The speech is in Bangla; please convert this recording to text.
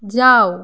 যাও